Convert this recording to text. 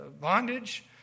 bondage